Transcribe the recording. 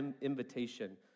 invitation